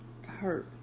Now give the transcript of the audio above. hurt